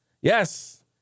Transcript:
Yes